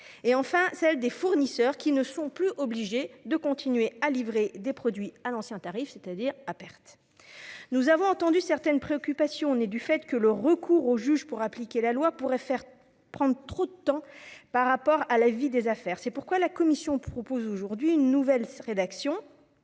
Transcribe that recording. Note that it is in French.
; celle des fournisseurs, qui ne sont plus obligés de livrer des produits à l'ancien tarif, c'est-à-dire à perte. Nous avons entendu les préoccupations de ceux qui estiment que le recours au juge pour faire appliquer la loi pourrait prendre trop de temps par rapport à la vie des affaires. C'est pourquoi la commission propose aujourd'hui une nouvelle rédaction